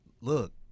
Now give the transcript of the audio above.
Look